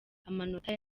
amanota